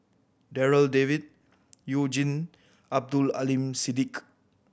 Darryl David You Jin Abdul Aleem Siddique